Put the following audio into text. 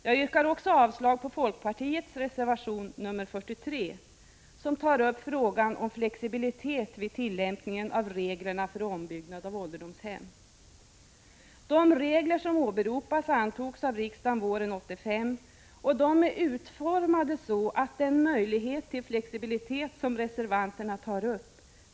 Jag yrkar också avslag på folkpartiets reservation nr 43, som tar upp frågan om flexibilitet vid tillämpningen av reglerna för ombyggnad av ålderdomshem. De regler som åberopas antogs av riksdagen våren 1985, och är utformade så att man har den möjlighet till flexibilitet som reservanterna tar upp.